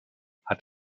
hat